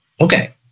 Okay